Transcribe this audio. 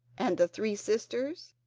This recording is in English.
and the three sisters,